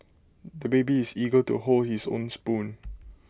the baby is eager to hold his own spoon